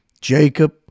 Jacob